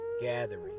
Gathering